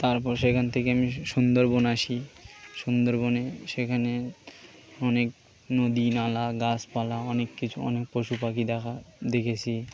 তারপর সেখান থেকে আমি সুন্দরবন আসি সুন্দরবনে সেখানে অনেক নদী নালা গাছপালা অনেক কিছু অনেক পশু পাখি দেখা দেখেছি